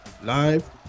Live